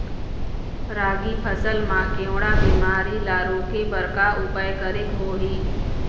रागी फसल मा केवड़ा बीमारी ला रोके बर का उपाय करेक होही?